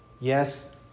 yes